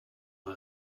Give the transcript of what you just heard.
mal